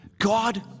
God